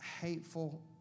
hateful